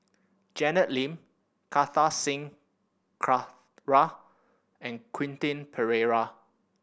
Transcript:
Janet Lim Kartar Singh Thakral and Quentin Pereira